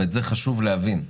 ואת זה חשוב להבין.